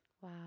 Wow